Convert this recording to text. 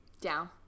Down